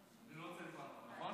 לא צריך לענות, נכון?